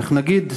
איך נגיד,